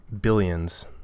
billions